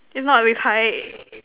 is not with height